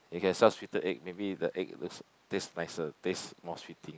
you can sell sweetened egg maybe the egg taste nicer taste more sweet